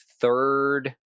third